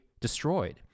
destroyed